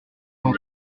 cent